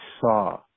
saw